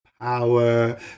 power